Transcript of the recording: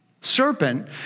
Serpent